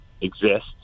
exist